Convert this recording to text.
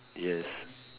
yes